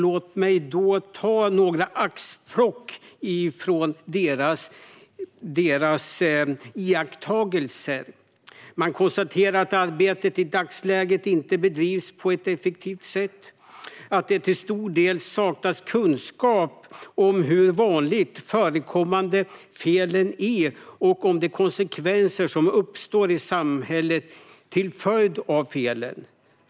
Låt mig ta några axplock från deras iakttagelser. Man konstaterar att arbetet i dagsläget inte bedrivs på ett effektivt sätt och att det till stor del saknas kunskap om hur vanligt förekommande felen är och om de konsekvenser som uppstår i samhället till följd av felen.